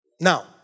Now